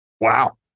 Wow